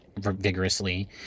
vigorously